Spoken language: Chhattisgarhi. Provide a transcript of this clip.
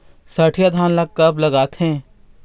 सठिया धान ला कब लगाथें?